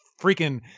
freaking –